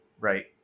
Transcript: right